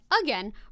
again